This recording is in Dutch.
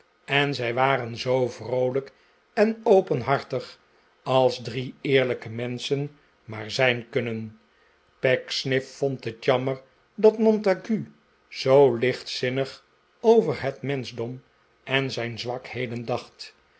en zij waren zoo vroolijk en openhartig als drie eerlijke menschen maar zijn kunnen pecksniff vond het jammer dat montague zoo licht zinnig over net menschdom en zijn zwakheden dacht